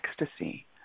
ecstasy